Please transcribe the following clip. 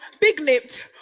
big-lipped